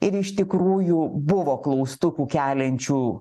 ir iš tikrųjų buvo klaustukų keliančių